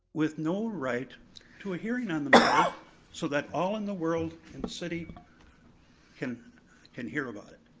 with no right to a hearing on the matter but so that all in the world and the city but can can hear about it.